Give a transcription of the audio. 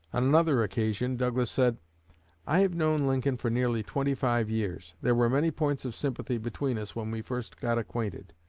another occasion, douglas said i have known lincoln for nearly twenty-five years. there were many points of sympathy between us when we first got acquainted.